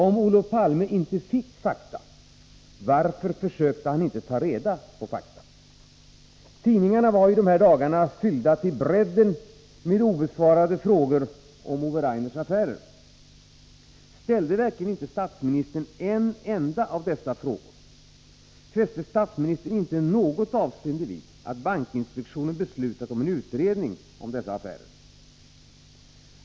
Om Olof Palme inte fick fakta, varför försökte han inte ta reda på fakta? Tidningarna var i dessa dagar fyllda till brädden med obesvarade frågor om Ove Rainers affärer. Ställde verkligen inte statsministern en enda av dessa frågor? Fäste statsministern inte något avseende vid att bankinspektionen hade beslutat om en utredning om de här affärerna?